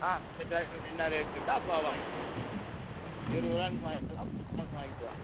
ஆ அந்த டைம் என்ன ரேட்டு இருக்கோ அப்போ வாங்கிக்கலாம் இருபது ரூபாவான்னு வாங்கிக்கலாம் பத்து ரூபான்னும் வாங்கிக்கலாம்